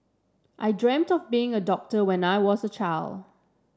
I dreamt of being a doctor when I was a child